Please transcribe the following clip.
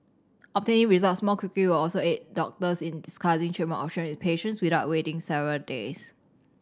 obtaining results more quickly will also aid doctors in discussing treatment option with patients without waiting several days